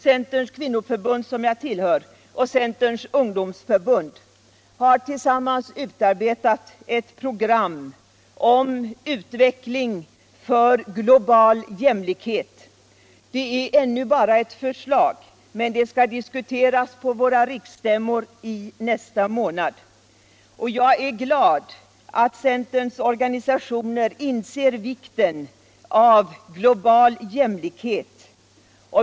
Centerns kvinnoförbund, som jag tillhör, och Centerns ungdomsförbund har tillsammans utarbetat ett program om utveckling för global jämlikhet. Det är ännu bara ett förslag, men det skall diskuteras på våra riksstämmor i nästa månad. Jag är glad över att centerns organisationer inser vikten av global jämlikhet.